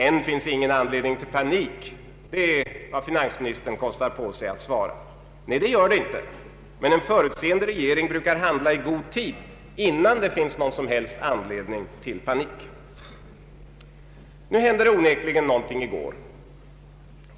”Än finns det ingen anledning till panik”, det är vad finansministern kostar på sig att svara. Nej, det gör det inte, men en förutseende regering brukar handla i god tid innan det finns någon som helst anledning till panik. I går hände det onekligen någonting.